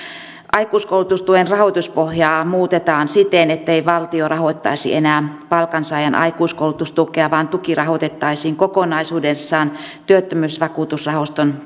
aikuiskoulutustuen rahoituspohjaa muutetaan siten ettei valtio rahoittaisi enää palkansaajan aikuiskoulutustukea vaan tuki rahoitettaisiin kokonaisuudessaan työttömyysvakuutusrahaston